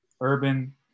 urban